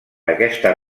aquesta